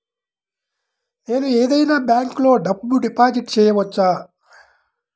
నేను ఏదైనా బ్యాంక్లో డబ్బు డిపాజిట్ చేయవచ్చా?